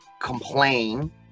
complain